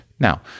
Now